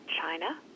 China